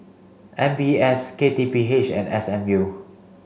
M B S K T P H and S M U